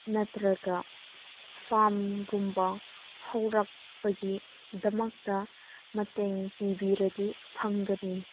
ꯅꯠꯇ꯭ꯔꯒ ꯐꯥꯝꯒꯨꯝꯕ ꯍꯧꯔꯛꯄꯒꯤꯗꯃꯛꯇ ꯃꯇꯦꯡ ꯄꯤꯕꯤꯔꯗꯤ ꯐꯒꯅꯤ